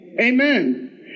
Amen